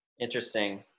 Interesting